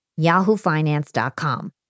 yahoofinance.com